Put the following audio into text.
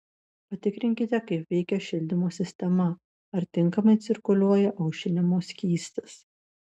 patikrinkite kaip veikia šildymo sistema ar tinkamai cirkuliuoja aušinimo skystis